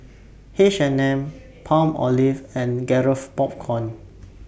H and M Palmolive and Garrett Popcorn